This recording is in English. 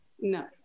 no